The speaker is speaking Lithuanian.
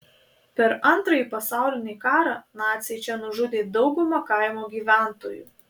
per antrąjį pasaulinį karą naciai čia nužudė daugumą kaimo gyventojų